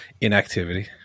inactivity